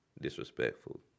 Disrespectful